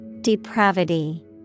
Depravity